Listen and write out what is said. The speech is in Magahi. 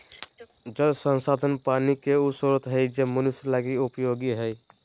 जल संसाधन पानी के उ स्रोत हइ जे मनुष्य लगी उपयोगी हइ